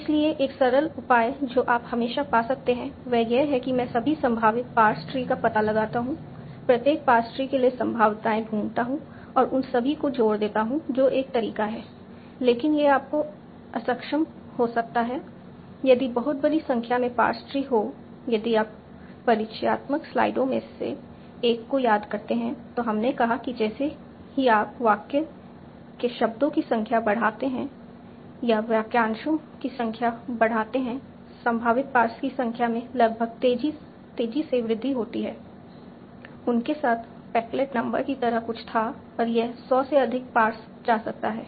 इसलिए एक सरल उपाय जो आप हमेशा पा सकते हैं वह यह है कि मैं सभी संभावित पार्स ट्री का पता लगाता हूं प्रत्येक पार्स ट्री के लिए संभाव्यताएं ढूंढता हूं और उन सभी को जोड़ देता हूं जो एक तरीका है लेकिन यह आपको अक्षम हो सकता है यदि बहुत बड़ी संख्या में पार्स ट्री हो यदि आप परिचयात्मक स्लाइडों में से एक को याद करते हैं तो हमने कहा कि जैसे ही आप वाक्य में शब्दों की संख्या बढ़ाते हैं या वाक्यांशों की संख्या बढ़ाते हैं संभावित पार्स की संख्या में लगभग तेजी से वृद्धि होती है उनके साथ पेकलेट नंबर की तरह कुछ था और यह 100 से अधिक पार्स जा सकता है